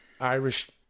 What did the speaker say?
Irish